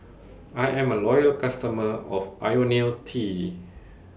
I'm A Loyal customer of Ionil T